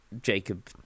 Jacob